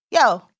yo